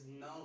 no